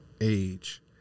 age